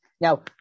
now